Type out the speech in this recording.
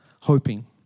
hoping